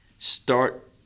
Start